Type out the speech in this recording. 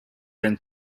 than